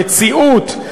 המציאות,